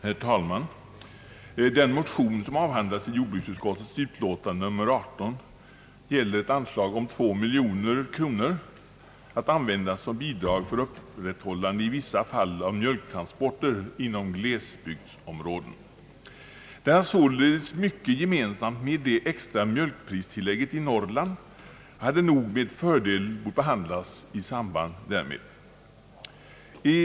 Herr talman! Den motion som avhandlas i jordbruksutskottets utlåtande nr 18 gäller ett anslag på två miljoner kronor att användas såsom bidrag för upprätthållande i vissa fall av mjölktransporter inom glesbygdsområden. Den har således mycket gemensamt med det extra mjölkpristillägget i Norrland, och den borde nog med fördel ha behandlats i samband därmed.